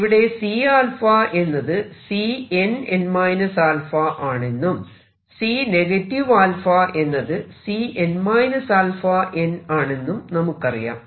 ഇവിടെ C എന്നത് Cnn α ആണെന്നും C α എന്നത് C n α n ആണെന്നും നമുക്കറിയാം